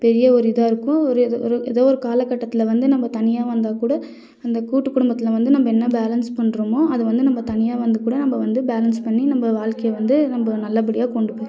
பெரிய ஒரு இதாக இருக்கும் ஒரு ஏதோ ஒரு ஏதோ ஒரு காலகட்டத்தில் வந்து நம்ம தனியாக வந்தாக் கூட அந்த கூட்டு குடும்பத்தில் வந்து நம்ம என்ன பேலன்ஸ் பண்ணுறமோ அதை வந்து நம்ம தனியாக வந்து கூட நம்ம வந்து பேலன்ஸ் பண்ணி நம்ம வாழ்க்கைய வந்து நம்ம நல்ல படியாக கொண்டு போ